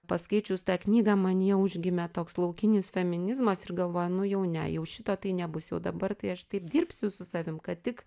paskaičius tą knygą manyje užgimė toks laukinis feminizmas ir galvoju nu jau ne jau šito tai nebus jau dabar tai aš taip dirbsiu su savim kad tik